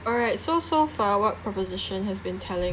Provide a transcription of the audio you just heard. alright so so far what proposition has been telling